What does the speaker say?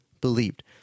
believed